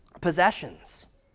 possessions